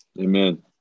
Amen